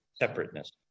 separateness